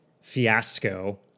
fiasco